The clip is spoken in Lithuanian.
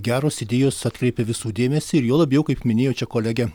geros idėjos atkreipia visų dėmesį ir juo labiau kaip minėjo čia kolegė